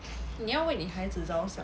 你要为你孩子着想